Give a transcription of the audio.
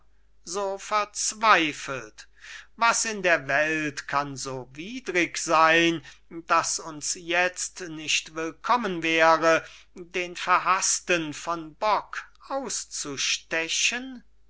so verzweifelt was in der welt kann so widrig sein das uns jetzt nicht willkommen wäre den verhaßten von bock auszustechen